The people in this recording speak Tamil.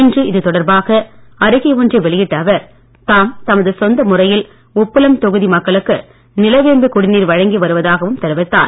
இன்று இதுதொடர்பாக அறிக்கை ஒன்றை வெளியிட்ட அவர் தாம் தமது சொந்த முறையில் உப்பளம் தொகுதி மக்களுக்கு நிலவேம்பு குடிநீர் வழங்கி வருவதாக தெரிவித்தார்